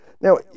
Now